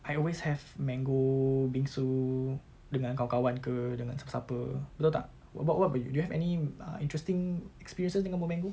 I always have mango bingsu dengan kawan-kawan ke dengan siapa-siapa betul tak wha~ wha~ what about you do you have any uh interesting experiences dengan buah mango